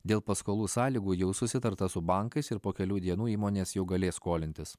dėl paskolų sąlygų jau susitarta su bankais ir po kelių dienų įmonės jau galės skolintis